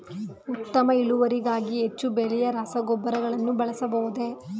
ಉತ್ತಮ ಇಳುವರಿಗಾಗಿ ಹೆಚ್ಚು ಬೆಲೆಯ ರಸಗೊಬ್ಬರಗಳನ್ನು ಬಳಸಬಹುದೇ?